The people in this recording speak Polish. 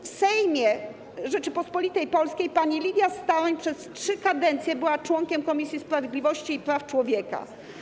W Sejmie Rzeczypospolitej Polskiej pani Lidia Staroń przez trzy kadencje była członkiem Komisji Sprawiedliwości i Praw Człowieka.